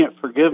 forgive